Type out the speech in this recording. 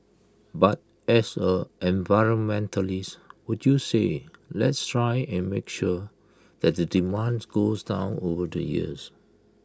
but as A environmentalist would you say let's try and make sure that the demands goes down over the years